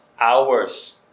Hours